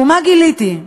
ומה גיליתי?